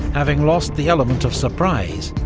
having lost the element of surprise,